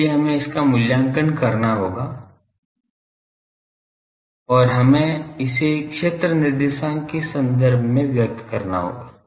इसलिए हमें इसका मूल्यांकन करना होगा और हमें इसे क्षेत्र निर्देशांक के संदर्भ में व्यक्त करना होगा